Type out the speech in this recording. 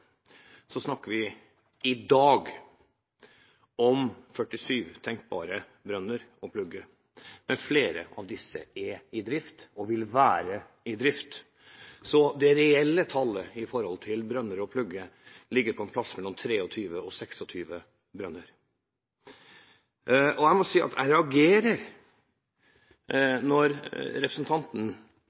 snakker vi i dag om 47 tenkbare brønner å plugge, men flere av disse er i drift, og vil være i drift. Det reelle tallet på brønner å plugge ligger et sted mellom 23 og 26 brønner. Og jeg må si at jeg reagerer når representanten